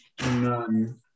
None